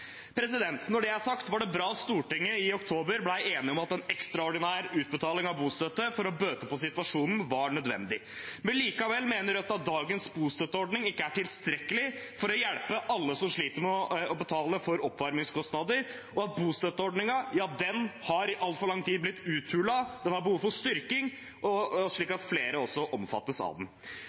Når det er sagt, var det bra at Stortinget i oktober ble enig om at en ekstraordinær utbetaling av bostøtte for å bøte på situasjonen var nødvendig. Men likevel mener Rødt at dagens bostøtteordning ikke er tilstrekkelig for å hjelpe alle som sliter med å betale for oppvarmingskostnader, og at bostøtteordningen i alt for lang tid har blitt uthulet og har behov for å bli styrket, slik at flere også omfattes av den.